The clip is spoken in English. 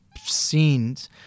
scenes